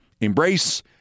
Embrace